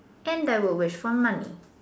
and I would wish for money